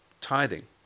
tithing